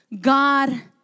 God